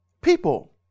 people